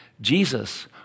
Jesus